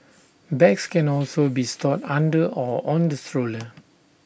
bags can also be stored under or on the stroller